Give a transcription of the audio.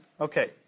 okay